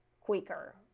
quicker